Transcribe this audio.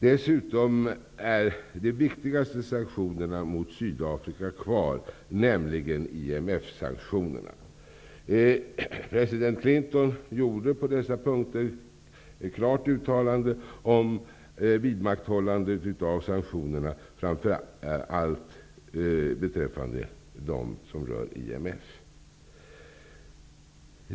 Dessutom är de viktigaste sanktionerna mot President Clinton gjorde ett klart uttalande på dessa punkter om vidmakthållandet av de sanktioner som rör IMF.